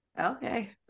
Okay